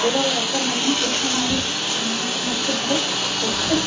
സ്ത്രീകളോട് ഒപ്പം തന്നെ പുരുഷന്മാരും നൃത്തം പഠിക്കുന്നത് ഒട്ടും